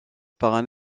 par